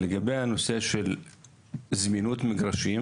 לגבי הנושא של זמינות מגרשים